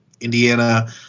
Indiana